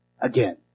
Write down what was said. again